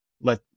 let